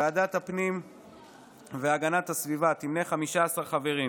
ועדת הפנים והגנת הסביבה תמנה 15 חברים: